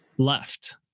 Left